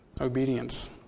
Obedience